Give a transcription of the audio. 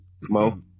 mo